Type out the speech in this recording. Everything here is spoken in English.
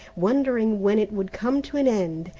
wondering when it would come to an end.